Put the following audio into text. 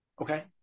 Okay